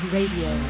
Radio